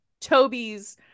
Toby's